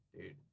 dude